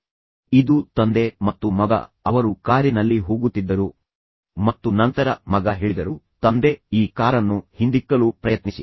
ಆದ್ದರಿಂದ ಇದು ಸುಮಾರು ತಂದೆ ಮತ್ತು ಮಗ ಅವರು ಕಾರಿನಲ್ಲಿ ಹೋಗುತ್ತಿದ್ದರು ಮತ್ತು ನಂತರ ಮಗ ಹೇಳಿದರು ತಂದೆ ಈ ಕಾರನ್ನು ಹಿಂದಿಕ್ಕಲು ಪ್ರಯತ್ನಿಸಿ